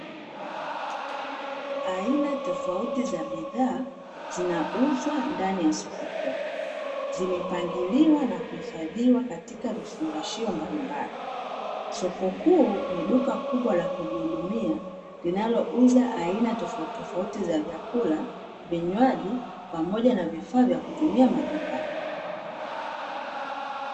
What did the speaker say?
Aina tofauti za bidhaa, zinauzwa ndani ya soko kuu zimepangiliwa na kuhifadhiwa katika vifungashio mbalimbali, soko kuu la duka kubwa la kujihudumia linalouza aina tofautitofauti za vyakula pamoja na vifaa vya kutumia nyumbani.